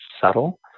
subtle